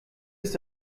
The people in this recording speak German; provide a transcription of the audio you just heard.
ist